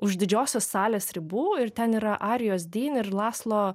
už didžiosios salės ribų ir ten yra arijos dyn ir laslo